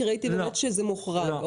כי ראיתי שזה מוחרג.